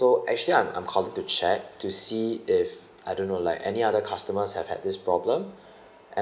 so actually I'm I'm calling to check to see if I don't know like any other customers have had this problem